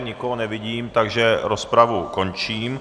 Nikoho nevidím, takže rozpravu končím.